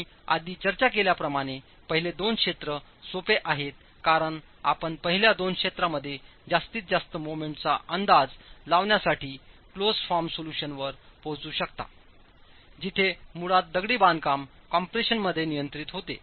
आम्ही आधी चर्चा केल्याप्रमाणे पहिले दोन क्षेत्र सोपे आहेत कारण आपण पहिल्या दोन क्षेत्रांमध्ये जास्तीत जास्त मोमेंट चा अंदाज लावण्यासाठी क्लोज फॉर्म सोल्यूशनवर पोहोचू शकता जिथे मुळातदगडी बांधकाम कॉम्प्रेशन मध्ये नियंत्रित होते